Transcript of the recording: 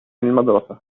المدرسة